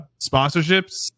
sponsorships